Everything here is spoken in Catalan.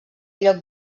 lloc